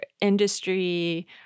industry